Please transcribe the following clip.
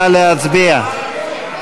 נא להצביע.